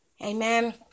amen